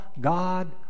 God